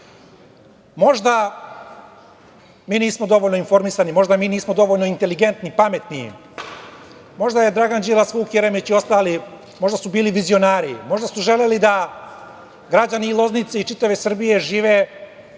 deo. Možda mi nismo dovoljno informisani, možda mi nismo dovoljno inteligentni, pametni. Možda su Dragan Đilas, Vuk Jeremić i ostali bili vizionari, možda su želeli da građani Loznice i čitave Srbije žive